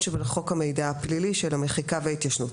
שבחוק המידע הפלילי של המחיקה וההתיישנות.